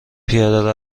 پیاده